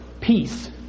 Peace